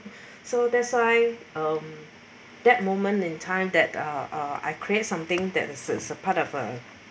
so that's why um that moment in time that uh uh I create something that is is a a part of a